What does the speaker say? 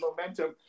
momentum